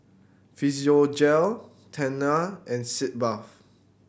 Physiogel Tena and Sitz Bath